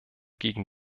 gegen